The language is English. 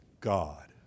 God